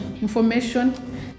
information